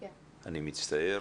אני מצטער.